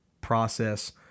process